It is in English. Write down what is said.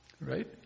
right